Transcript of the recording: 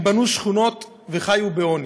הם בנו שכונות וחיו בעוני.